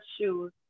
shoes